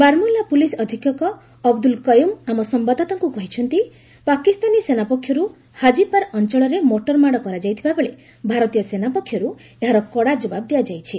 Baramulla police ଅଧିକ୍ଷକ ଅବଦୁଲ୍ କୟୁମ୍ ଆମ ସମ୍ଘାଦଦାତାଙ୍କୁ କହିଛନ୍ତି ଯେ ପାକିସ୍ତାନୀ ସେନା ପକ୍ଷରୁ ହାଜିପାର୍ ଅଞ୍ଚଳରେ ମୋଟାର ମାଡ଼ କରାଯାଇଥିଲାବେଳେ ଭାରତୀୟ ସେନା ପକ୍ଷରୁ ଏହାର କଡ଼ା ଜବାବ୍ ଦିଆଯାଇଛି